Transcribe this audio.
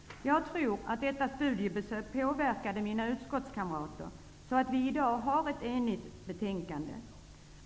Jag tror att detta studiebesök påverkade mina utskottskamrater, så att vi i dag har ett enigt betänkande.